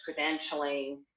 credentialing